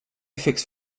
fixed